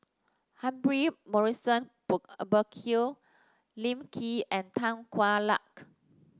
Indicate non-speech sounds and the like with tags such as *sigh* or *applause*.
Humphrey Morrison *unintelligible* Burkill Lim Lee and Tan Hwa Luck